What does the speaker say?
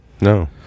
No